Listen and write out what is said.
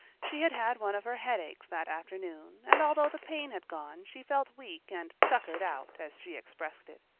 she had had one of her headaches that afternoon, and although the pain had gone she felt weak and tuckered out, as she expressed it.